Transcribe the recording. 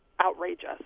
outrageous